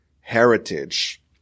heritage